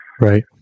Right